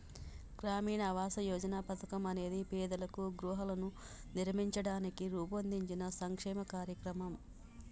గ్రామీణ ఆవాస్ యోజన పథకం అనేది పేదలకు గృహాలను నిర్మించడానికి రూపొందించిన సంక్షేమ కార్యక్రమం